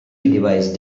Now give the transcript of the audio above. device